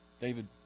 David